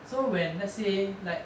so when let's say like